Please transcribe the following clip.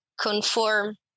conform